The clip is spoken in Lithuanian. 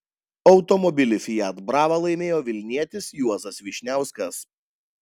automobilį fiat brava laimėjo vilnietis juozas vyšniauskas